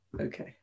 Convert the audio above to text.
Okay